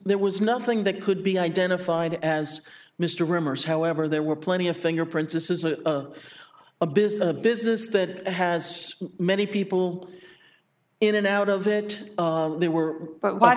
there was nothing that could be identified as mr rumors however there were plenty of fingerprints this is a a business a business that has many people in and out of it they were but wh